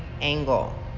angle